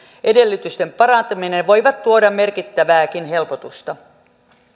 edellytysten parantaminen voivat tuoda merkittävääkin helpotusta